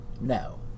No